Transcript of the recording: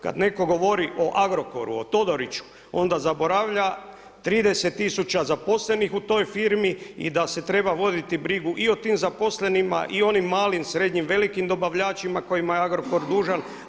Kada netko govori o Agrokoru o Todoriću onda zaboravlja 30 tisuća zaposlenih u toj firmi i da se treba voditi brigu i o tim zaposlenima i onim malim, srednjim, velikim dobavljačima kojima je Agrokor dužan.